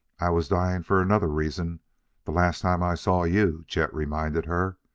i was dying for another reason the last time i saw you, chet reminded her,